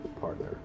partner